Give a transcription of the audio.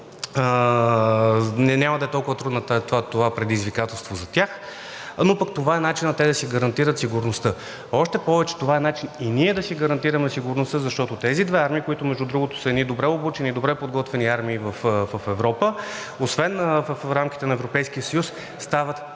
няма да бъде толкова трудно предизвикателство за тях, но пък това е начинът те да си гарантират сигурността. Още повече това е начин и ние да си гарантираме сигурността, защото тези две армии, които, между другото, са едни добре обучени и добре подготвени армии, в Европа освен в рамките на Европейския съюз стават